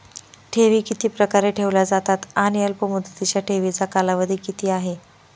ठेवी किती प्रकारे ठेवल्या जातात आणि अल्पमुदतीच्या ठेवीचा कालावधी किती आहे?